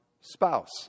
spouse